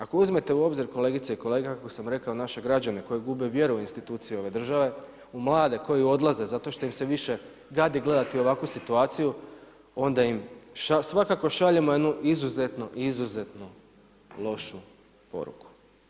Ako uzmete u obzir, kolegice i kolege kako sam rekao, naše građane koji gube vjeru u institucije ove države, u mlade koji odlaze zato što im se više gadi gledati ovakvu situaciju, onda im svakako šaljemo jednu izuzetno, izuzetno lošu poruku.